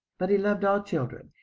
but he loved all children.